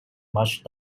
much